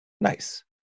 Nice